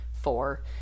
four